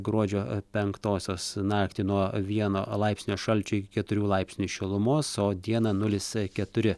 gruodžio penktosios naktį nuo vieno laipsnio šalčio iki keturių laipsnių šilumos o dieną nulis keturi